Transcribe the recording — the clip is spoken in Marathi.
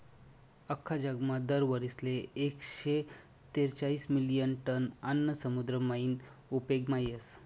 आख्खा जगमा दर वरीसले एकशे तेरेचायीस मिलियन टन आन्न समुद्र मायीन उपेगमा येस